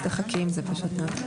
אז תחכי עם זה פשוט מאוד.